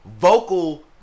Vocal